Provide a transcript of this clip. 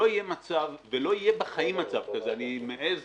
לא יהיה מצב ולא יהיה בחיים מצב כזה, אני מעז